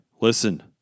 listen